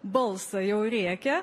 balsą jau rėkia